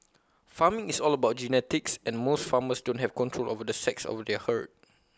farming is all about genetics and most farmers don't have control over the sex of their herd